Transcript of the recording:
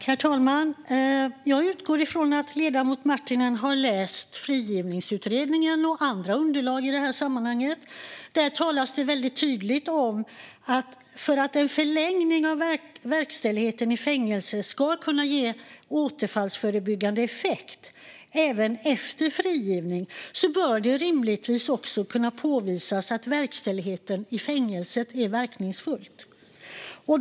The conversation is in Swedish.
Herr talman! Jag utgår från att ledamoten Marttinen har läst frigivningsutredningen och andra underlag i detta sammanhang. Här sägs det tydligt att för att en förlängning av verkställigheten i fängelse ska kunna ge återfallsförebyggande effekt även efter frigivning bör det rimligtvis också kunna påvisas att verkställigheten i fängelset är verkningsfull.